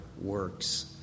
works